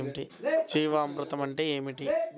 జీవామృతం అంటే ఏమిటి?